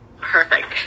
perfect